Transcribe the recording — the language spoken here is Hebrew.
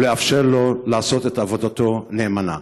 ולאפשר לו לעשות את עבודתו נאמנה.